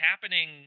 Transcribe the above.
happening